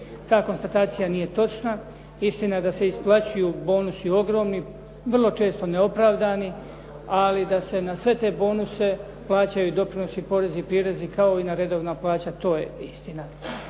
Ta konstatacija nije točna, istina da se isplaćuju bonusi ogromni, vrlo često neopravdani ali da se na sve te bonuse plaćaju doprinosi, porezi i prirezi kao i na redovna plaća to je istina.